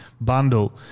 Bundle